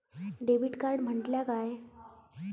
Debit card म्हटल्या काय?